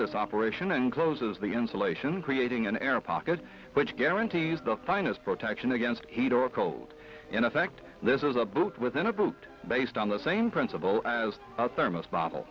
this operation and closes the insulation creating an air pocket which guarantees the finest protection against heat or cold in effect there's a boat within a boat based on the same principle as a thermos bottle